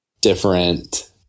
different